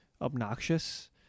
Obnoxious